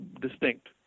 distinct